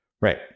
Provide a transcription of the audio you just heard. Right